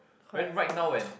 when right now when